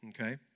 Okay